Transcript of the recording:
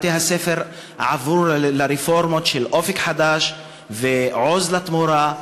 בתי-הספר עברו לרפורמות של "אופק חדש" ו"עוז לתמורה",